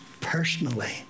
personally